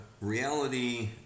reality